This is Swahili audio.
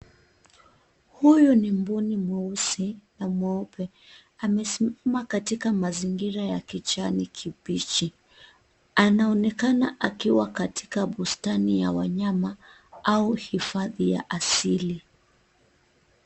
Huyu ni mbuni mweusi na mweupe, amesimama katika mazingira ya kijani kibichi. Anaonekana akiwa katika bustani ya wanyama au hifadhi ya asili.